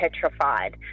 petrified